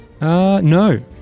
no